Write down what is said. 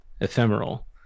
ephemeral